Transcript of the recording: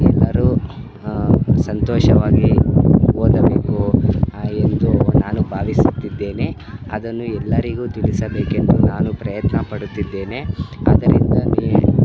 ಎಲ್ಲರು ಸಂತೋಷವಾಗಿ ಓದಬೇಕು ಹಾಗೆಂದು ನಾನು ಭಾವಿಸುತ್ತಿದ್ದೇನೆ ಅದನ್ನು ಎಲ್ಲರಿಗು ತಿಳಿಸಬೇಕೆಂದು ನಾನು ಪ್ರಯತ್ನ ಪಡುತ್ತಿದ್ದೇನೆ ಅದರಿಂದ ನೀವು